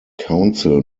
council